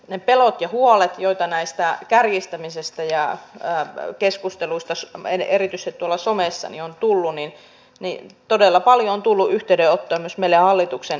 niistä peloista ja huolista joita näistä kärjistämisistä ja kärjistämisestä jää tähän vaan keskustelusta s keskusteluista erityisesti tuolla somessa on tullut todella paljon on tullut yhteydenottoja myös meille hallituksen edustajille